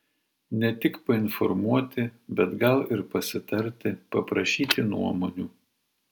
ne tik painformuoti bet gal ir pasitarti paprašyti nuomonių